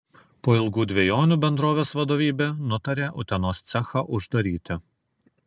po ilgų dvejonių bendrovės vadovybė nutarė utenos cechą uždaryti